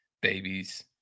babies